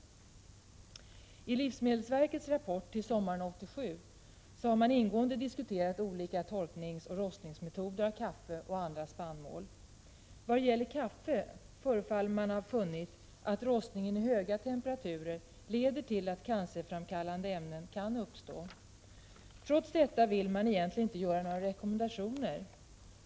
I livsmedelsverkets rapport från sommaren 1987 har man ingående diskuterat olika metoder för torkning och rostning av kaffe och spannmål. När det gäller kaffe förefaller man ha funnit att rostning i höga temperaturer leder till att cancerframkallande ämnen kan bildas. Trots detta vill man inte göra några egentliga rekommendationer.